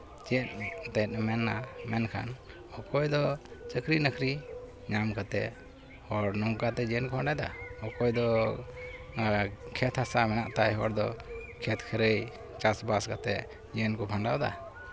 ᱪᱮᱫ ᱛᱮᱫ ᱢᱮᱱᱟᱜ ᱢᱮᱱᱟ ᱢᱮᱱᱠᱷᱟᱱ ᱚᱠᱚᱭᱫᱚ ᱪᱟᱹᱠᱨᱤᱼᱱᱚᱠᱨᱤ ᱧᱟᱢ ᱠᱟᱛᱮᱫ ᱦᱚᱲ ᱱᱚᱝᱠᱟᱛᱮ ᱡᱤᱭᱚᱱ ᱠᱚ ᱠᱷᱟᱸᱰᱟᱣᱮᱫᱟ ᱚᱠᱚᱭ ᱫᱚ ᱠᱷᱮᱛ ᱦᱟᱥᱟ ᱢᱮᱱᱟᱜ ᱛᱟᱭ ᱦᱚᱲ ᱫᱚ ᱠᱷᱮᱛ ᱠᱷᱟᱹᱨᱟᱹᱭ ᱪᱟᱥᱼᱵᱟᱥ ᱠᱟᱛᱮᱫ ᱡᱤᱭᱚᱱ ᱠᱚ ᱠᱷᱟᱸᱰᱟᱣᱫᱟ